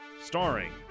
starring